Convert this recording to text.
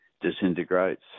disintegrates